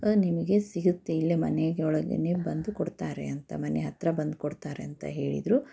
ನಿಮಗೆ ಸಿಗತ್ತೆ ಇಲ್ಲೇ ಮನೆಯೊಳಗೇ ಬಂದು ಕೊಡ್ತಾರೆ ಅಂತ ಮನೆ ಹತ್ತಿರ ಬಂದು ಕೊಡ್ತಾರಂತ ಹೇಳಿದರು